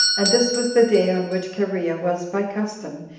and this was the day on which cherea was, by custom,